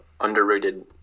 underrated